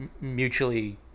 mutually